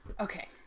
Okay